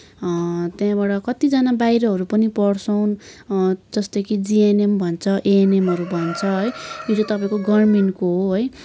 त्यहाँबाट कतिजना बाहिरहरू पनि पढछन् जस्तै कि जिएनएम भन्छ एएनएमहरू भन्छ यो चाहिँ तपाईँको गभर्नमेन्टको हो है